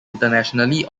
internationally